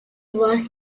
was